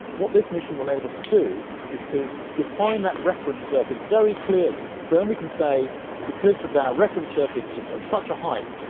what this mission will enable us to do is to define that reference surface very clearly. so then we can say because that reference surface is at such a height,